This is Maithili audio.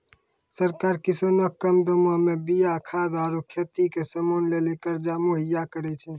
सरकार किसानो के कम दामो मे बीया खाद आरु खेती के समानो लेली कर्जा मुहैय्या करै छै